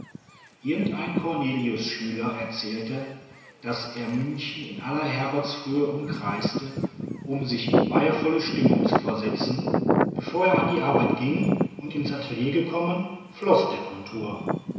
irgend ein corneliusschüler erzählte daß er münchen in aller hergottsfrühe umkreiste um sich in weihevolle stimmung zu versetzen bevor er an die arbeit ging und ins atelier gekommen floß der contour